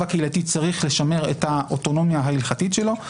הקהילתי צריך לשמר את האוטונומיה ההלכתית שלו.